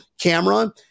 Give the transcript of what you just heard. camera